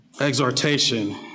exhortation